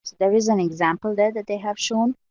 there is an example there that they have shown.